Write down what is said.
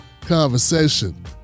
conversation